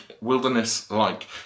wilderness-like